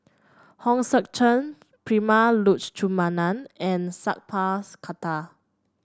Hong Sek Chern Prema Letchumanan and Sat Pal's Khattar